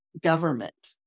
government